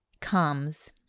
comes